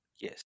yes